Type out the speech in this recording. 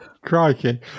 Crikey